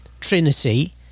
Trinity